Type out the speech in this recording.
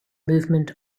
movement